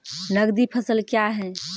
नगदी फसल क्या हैं?